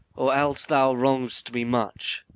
or else thou wrong'st me much.